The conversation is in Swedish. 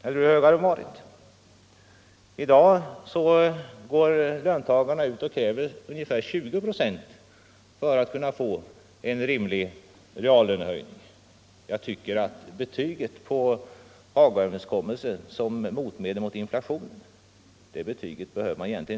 Eller hur höga hade de varit? I dag går löntagarna ut och kräver ungefär 20 procent för att kunna få en rimlig reallönehöjning. Jag tycker att betyget på Hagaöverenskommelsen som motmedel mot inflationen egentligen inte behöver diskuteras.